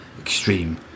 extreme